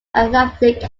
athletic